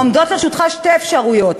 עומדות לרשותך שתי אפשרויות: